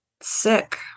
sick